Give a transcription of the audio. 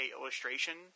Illustration